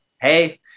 Hey